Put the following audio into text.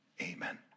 Amen